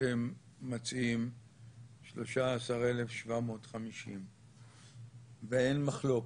אתם מציעים 13,750 ואין מחלוקת,